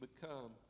become